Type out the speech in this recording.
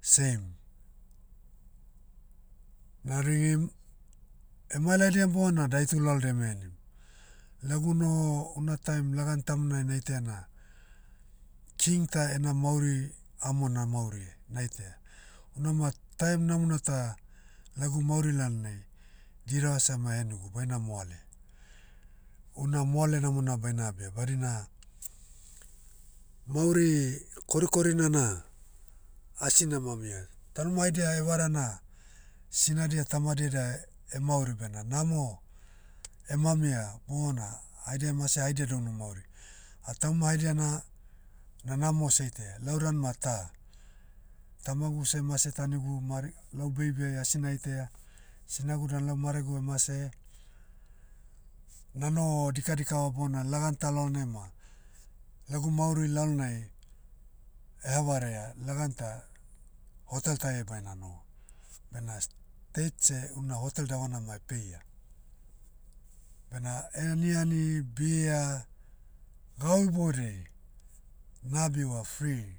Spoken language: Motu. same. Na ringim, emailaidiam bona daitu laldia eme henim. Lagu noho una taim lagan tamonai naitaia na, king ta ena mauri, amo namauri, naitaia. Unama taim namona ta, lagu mauri lalnai, dirava seh ma ehenigu baina moale. Una moale namona baina abia badina, mauri korikorina na, asina mamia. Tuanima haidia evara na, sinadia tamadia da, emauri bena namo, emamia bona, haidia mase haidia do mamauri. Ah tauma haidia na, na namo seitaia, lau dan ma tah. Tamagu seh mase tanigu mari- lau baby ai, asi naitaia, sinagu dan lau maragu emase. Na noho, dikadikava bona lagan ta lalnai ma, lagu mauri lalonai, eha varaia, lagan tah, hotel taia baina noho. Bena state seh una hotel davana ma peia. Bena eaniani, bia, gau iboudai, na abiva free.